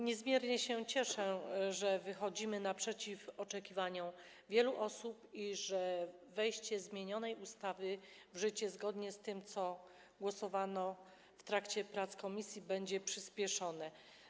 Niezmiernie się cieszę, że wychodzimy naprzeciw oczekiwaniom wielu osób i że wejście zmienionej ustawy w życie, zgodnie z tym, co przegłosowano w trakcie prac komisji, będzie przyspieszone.